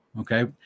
Okay